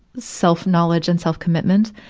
self-knowledge and self-commitment.